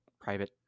private